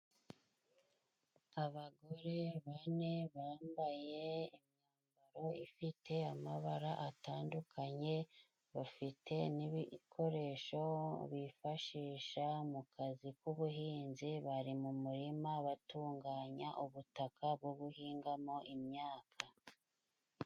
Abagore bane bambaye imyambaro ifite amabara atandukanye, bafite n'ibikoresho bifashisha mu kazi k'ubuhinzi bari mu murima batunganya ubutaka bwo guhingamo imyaka.